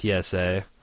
TSA